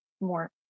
more